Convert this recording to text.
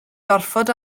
gorfod